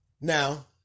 Now